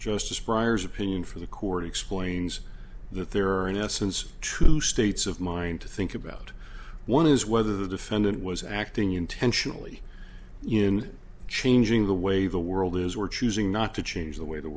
justice briar's opinion for the court explains that there are in essence true states of mind to think about one is whether the defendant was acting intentionally in changing the way the world is we're choosing not to change the way the